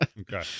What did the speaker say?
Okay